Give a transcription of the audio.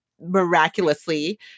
miraculously